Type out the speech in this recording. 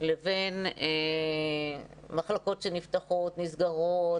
לבין מחלקות שנפתחות ונסגרות,